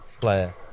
player